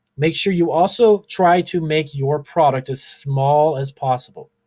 make sure you also try to make your product as small as possible.